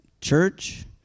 church